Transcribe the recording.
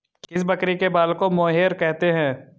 किस बकरी के बाल को मोहेयर कहते हैं?